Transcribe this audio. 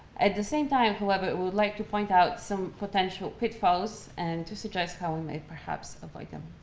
at the same time, however, we would like to point out some potential pitfalls and to suggest how we may perhaps avoid them.